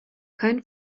keinen